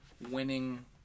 winning